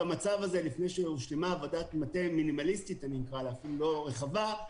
במצב הזה לפני שהושלמה עבודת מטה מינימליסטית אפילו לא רחבה,